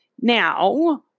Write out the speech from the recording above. Now